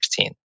2016